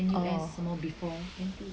ah 什么 course